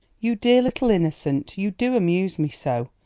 you dear little innocent, you do amuse me so!